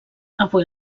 avui